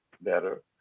better